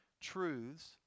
truths